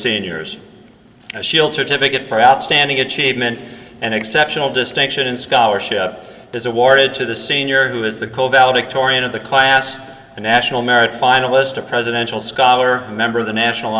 seniors and shield certificate for outstanding achievement and exceptional distinction in scholarship is awarded to the senior who is the goal valedictorian of the class a national merit finalist a presidential scholar a member of the national